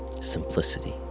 simplicity